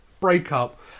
breakup